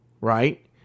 right